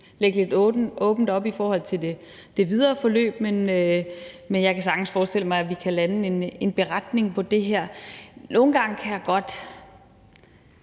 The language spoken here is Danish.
det lidt åbent op i forhold til det videre forløb. Men jeg kan sagtens forestille mig, at vi kan lande en beretning om det her. Nogle gange kan jeg godt